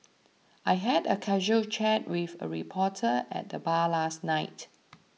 I had a casual chat with a reporter at the bar last night